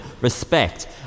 respect